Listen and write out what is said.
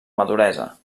maduresa